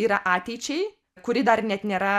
yra ateičiai kuri dar net nėra